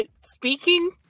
speaking